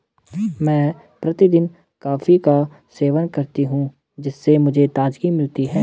मैं प्रतिदिन कॉफी का सेवन करती हूं जिससे मुझे ताजगी मिलती है